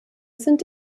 sind